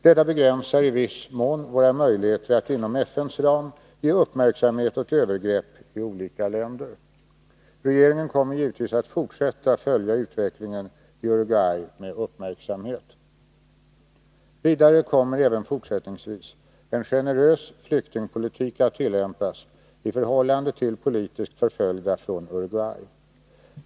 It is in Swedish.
Detta begränsar i viss mån våra möjligheter att inom FN:s ram ge uppmärksamhet åt övergrepp i olika länder. Regeringen kommer givetvis att fortsätta följa utvecklingen i Uruguay med uppmärksamhet. Vidare kommer även fortsättningsvis en generös flyktingpolitik att tillämpas i förhållande till politiskt förföljda från Uruguay.